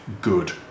good